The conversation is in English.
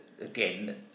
again